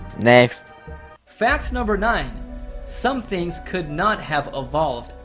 next facts number nine some things could not have evolved,